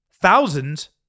thousands